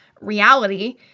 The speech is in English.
reality